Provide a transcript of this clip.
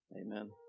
Amen